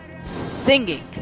singing